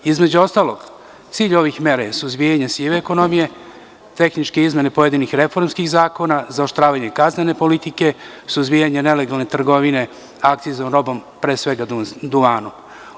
Između ostalog, cilj ovih mera je suzbijanje sive ekonomije, tehničke izmene pojedinih reformskih zakona, zaoštravanje kaznene politike, suzbijanje nelegalne trgovine akciznom robom, pre svega, duvanom.